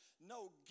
no